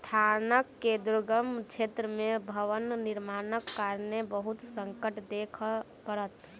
संस्थान के दुर्गम क्षेत्र में भवन निर्माणक कारणेँ बहुत संकट देखअ पड़ल